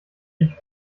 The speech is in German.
ich